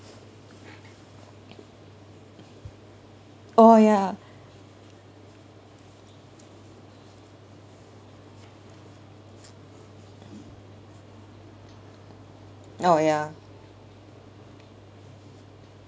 oh ya oh ya